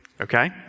okay